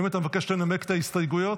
האם אתה מבקש לנמק את ההסתייגויות?